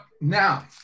Now